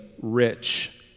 rich